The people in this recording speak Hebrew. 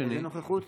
איזה נוכחות?